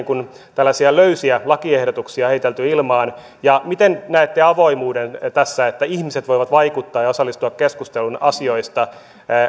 tällaisia löysiä lakiehdotuksia heitelty ilmaan miten näette avoimuuden tässä että ihmiset voivat vaikuttaa ja osallistua keskusteluun asioista